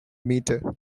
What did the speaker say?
meter